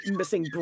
missing